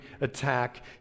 attack